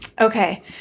Okay